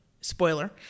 spoiler